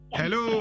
hello